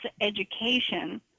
education